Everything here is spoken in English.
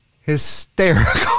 hysterical